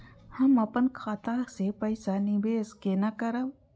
हम अपन खाता से पैसा निवेश केना करब?